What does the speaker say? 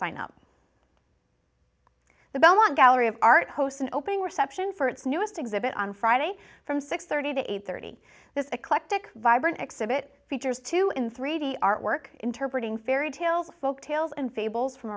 sign up the belmont gallery of art hosts an opening reception for its newest exhibit on friday from six thirty to eight thirty this eclectic vibrant exhibit features two in three d artwork interpreting fairy tales folk tales and fables from